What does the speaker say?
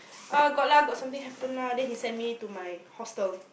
uh got lah got something happen lah then he send me to my hostel